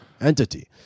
entity